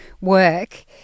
work